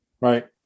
Right